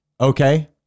okay